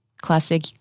classic